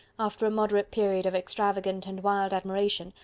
after a moderate period of extravagant and wild admiration,